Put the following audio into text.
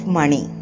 money